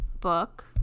book